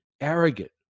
arrogant